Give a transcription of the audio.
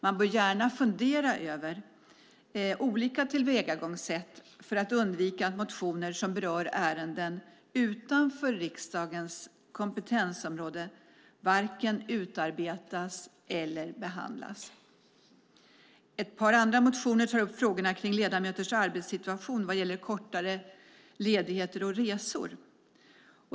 Man bör gärna fundera över olika tillvägagångssätt för att undvika att motioner som berör ärenden utanför riksdagens kompetensområde utarbetas och behandlas. Ett par andra motioner tar upp frågorna kring ledamöternas arbetssituation vad gäller kortare ledigheter och resor.